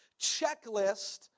checklist